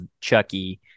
Chucky